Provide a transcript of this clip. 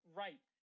right